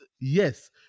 yes